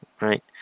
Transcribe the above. right